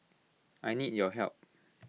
I need your help